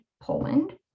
Poland